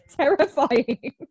terrifying